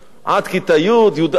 עד כיתה י', י"א.